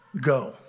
go